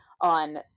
on